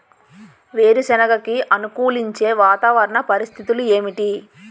వేరుసెనగ కి అనుకూలించే వాతావరణ పరిస్థితులు ఏమిటి?